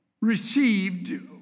received